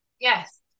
Yes